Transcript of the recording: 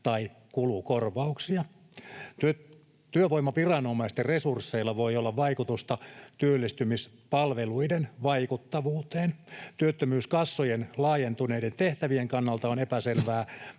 tai kulukorvauksia. Työvoimaviranomaisten resursseilla voi olla vaikutusta työllistymispalveluiden vaikuttavuuteen. Työttömyyskassojen laajentuneiden tehtävien kannalta on epäselvää,